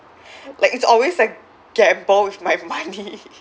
like it's always a gamble with my money